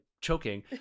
choking